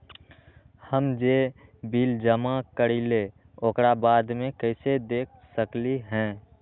हम जे बिल जमा करईले ओकरा बाद में कैसे देख सकलि ह?